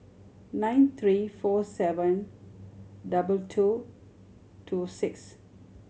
nine three four seven double two two six